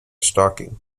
stocking